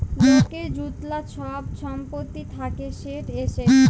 লকের য্তলা ছব ছম্পত্তি থ্যাকে সেট এসেট